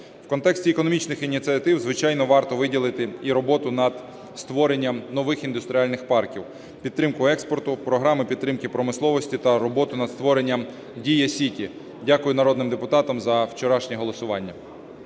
В контексті економічних ініціатив, звичайно, варто виділити і роботу над створенням нових індустріальних парків, підтримку експорту, програми підтримки промисловості та роботи над створенням Дія Сіті. Дякую народним депутатам за вчорашнє голосування.